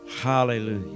hallelujah